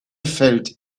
felt